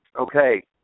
Okay